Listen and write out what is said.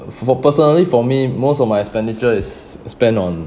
for personally for me most of my expenditure is spent on